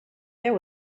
there